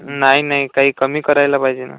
नाही नाही काही कमी करायला पाहिजे ना